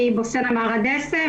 אני בוסנה מהרט דסה,